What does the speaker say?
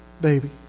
baby